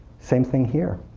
same thing here.